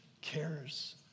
cares